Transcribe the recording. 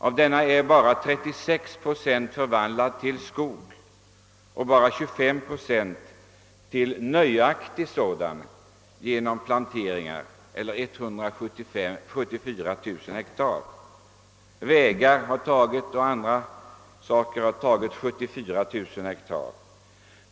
Av denna är bara 36 procent förvandlad till skog genom planteringar och endast 23 procent, eller 174 000 hektar, till nöjaktig sådan. Vägar och annat har tagit 74 000 hektar.